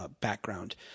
background